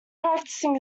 practising